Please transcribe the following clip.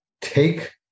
take